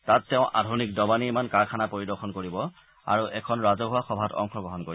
তাত তেওঁ আধুনিক ডবা নিৰ্মাণ কাৰখানা পৰিদৰ্শন কৰিব আৰু এখন ৰাজহুৱা সভাত অংশগ্ৰহণ কৰিব